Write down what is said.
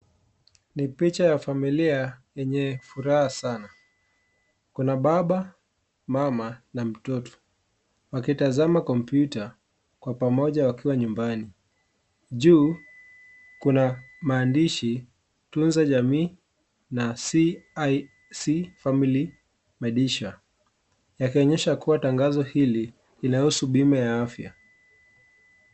Ni picha ya familia yenye furaha sana. Kuna baba, mama na mtoto wakitazama kompyuta kwa pamoja wakiwa nyumbani. Juu kuna maandishi, tunza jamii na CIC family medisure yakionyesha kuwa tangazo hili linahusu bima ya afya.